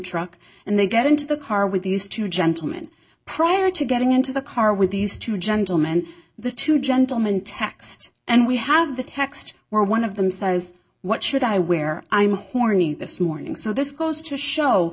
truck and they get into the car with these two gentlemen prior to getting into the car with these two gentlemen the two gentleman text and we have the text where one of them says what should i wear i'm horny this morning so this goes to show